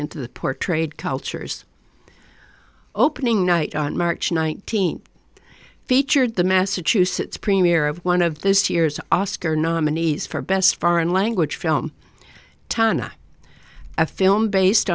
into the portrayed cultures opening night on march nineteenth featured the massachusetts premier of one of this year's oscar nominees for best foreign language film tana a film based